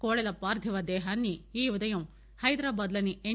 కోడెల పార్ణివ దేహాన్సి ఈఉదయం హైదరాబాద్ లోని ఎన్